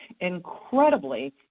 incredibly